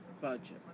budget